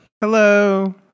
Hello